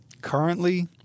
Currently